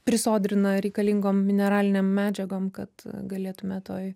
prisodrina reikalingom mineralinėm medžiagom kad galėtume toj